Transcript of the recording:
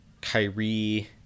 Kyrie